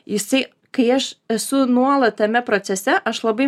jisai kai aš esu nuolat tame procese aš labai